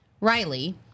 Riley